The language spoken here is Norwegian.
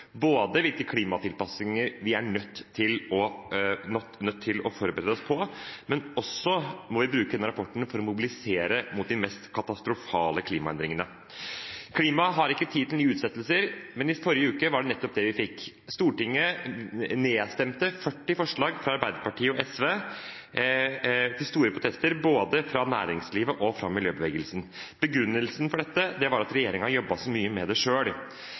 hvilke klimatilpassinger vi er nødt til å forberede oss på, men vi må også bruke denne rapporten for å mobilisere mot de mest katastrofale klimaendringene. Klimaet har ikke tid til nye utsettelser, men i forrige uke var det nettopp det vi fikk. Stortinget stemte ned 40 forslag fra Arbeiderpartiet og SV, til store protester både fra næringslivet og fra miljøbevegelsen. Begrunnelsen for dette var at regjeringen jobbet så mye med det